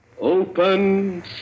Open